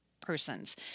persons